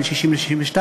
בין 60 ל-62,